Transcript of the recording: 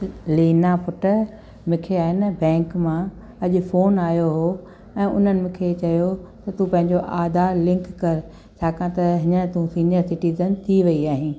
लीना पुटु मूंखे आहे न बैंक मां अॼु फ़ोन आयो हुओ ऐं उन्हनि मूंखे चयो त तूं पंहिंजो आधार लिंक कर छाकाणि त हींअर तूं सीनियर सिटीजन थी वेई आहीं